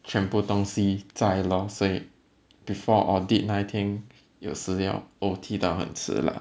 全部东西在 lor 所以 before audit 那一天有时要 O_T 到很迟 lah